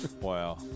Wow